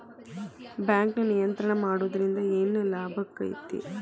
ಬ್ಯಾಂಕನ್ನ ನಿಯಂತ್ರಣ ಮಾಡೊದ್ರಿಂದ್ ಏನ್ ಲಾಭಾಕ್ಕತಿ?